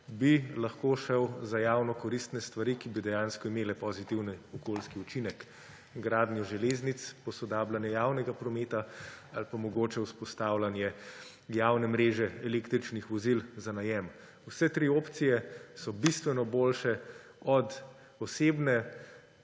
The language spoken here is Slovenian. bi lahko šel za javno koristne stvari, ki bi dejansko imele pozitiven okoljski učinek: gradnjo železnic, posodabljanje javnega prometa ali pa mogoče vzpostavljanje javne mreže električnih vozil za najem. Vse tri opcije so bistveno boljše od osebne